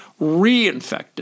reinfected